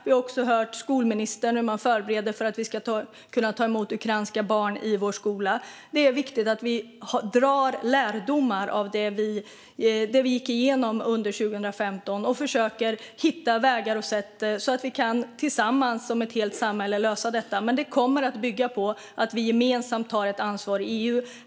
Vi har också hört skolministern redogöra för hur man förbereder för att kunna ta emot ukrainska barn i vår skola. Det är viktigt att vi drar lärdomar av det vi gick igenom under 2015 och försöker hitta vägar och sätt att tillsammans som ett helt samhälle lösa detta. Men det kommer att bygga på att vi tar ansvar gemensamt i EU.